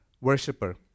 worshipper